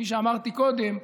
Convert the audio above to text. כפי שאמרתי קודם,